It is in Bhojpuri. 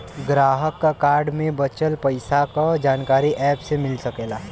ग्राहक क कार्ड में बचल पइसा क जानकारी एप से मिल सकला